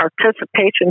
participation